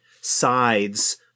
sides